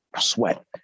sweat